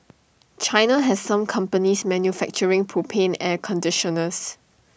China has some companies manufacturing propane air conditioners